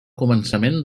començament